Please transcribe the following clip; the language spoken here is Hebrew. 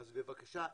אז בבקשה,